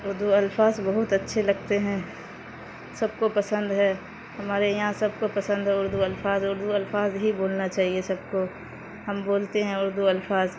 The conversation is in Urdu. اردو الفاظ بہت اچھے لگتے ہیں سب کو پسند ہے ہمارے یہاں سب کو پسند ہے اردو الفاظ اردو الفاظ ہی بولنا چاہیے سب کو ہم بولتے ہیں اردو الفاظ